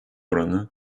oranı